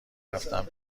رفتم